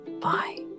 Bye